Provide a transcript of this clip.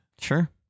Sure